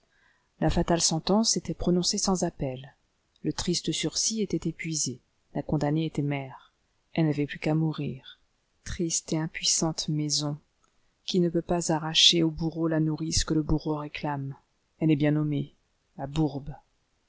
la fatale sentence était prononcée sans appel le triste sursis était épuisé la condamnée était mère elle n'avait plus qu'à mourir triste et impuissante maison qui ne peut pas arracher au bourreau la nourrice que le bourreau réclame elle est bien nommée la bourbe